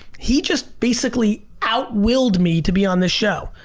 he just basically out willed me to be on the show.